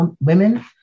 women